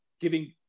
giving